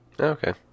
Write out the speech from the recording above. Okay